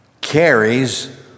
carries